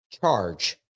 charge